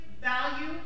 value